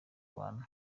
bantu